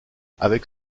avec